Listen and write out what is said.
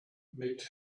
made